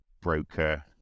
broker